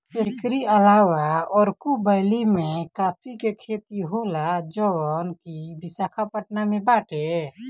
एकरी अलावा अरकू वैली में काफी के खेती होला जवन की विशाखापट्टनम में बाटे